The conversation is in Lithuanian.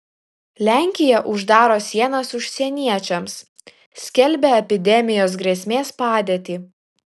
lenkija uždaro sienas užsieniečiams skelbia epidemijos grėsmės padėtį